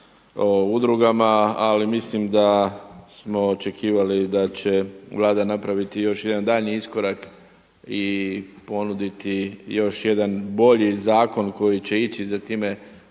o udrugama, ali mislim da smo očekivali da će Vlada napraviti još jedan daljnji iskorak i ponuditi još jedan bolji zakon koji će ići za time